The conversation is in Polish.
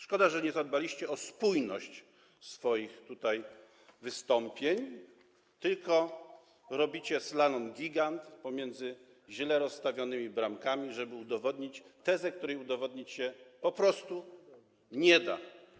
Szkoda, że nie zadbaliście o spójność swoich wystąpień, tylko robicie slalom gigant pomiędzy źle rozstawionymi bramkami, żeby udowodnić tezę, której udowodnić się po prostu nie da.